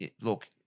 look